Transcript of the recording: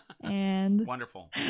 Wonderful